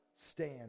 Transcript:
stand